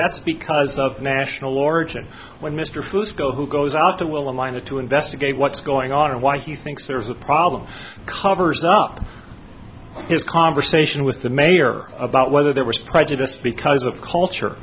that's because of national origin when mr fusco who goes out to will in line to to investigate what's going on and why he thinks there's a problem covers up his conversation with the mayor about whether there was prejudice because of culture